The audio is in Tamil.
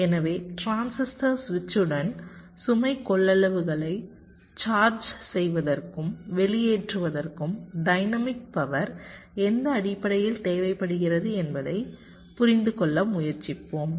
எனவே டிரான்சிஸ்டர் சுவிட்சுடன் சுமை கொள்ளளவுகளை சார்ஜ் செய்வதற்கும் வெளியேற்றுவதற்கும் டைனமிக் பவர் எந்த அடிப்படையில் தேவைப்படுகிறது என்பதை புரிந்துகொள்ள முயற்சிப்போம்